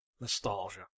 nostalgia